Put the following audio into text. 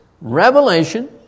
revelation